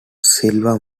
silva